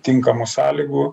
tinkamų sąlygų